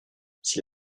c’est